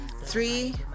Three